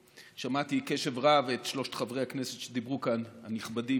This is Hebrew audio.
שמעתי בקשב רב את שלושת חברי הכנסת הנכבדים שדיברו כאן לפניי.